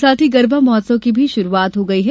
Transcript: साथ ही गरबा महोत्सव की भी श्रूआत हो गई है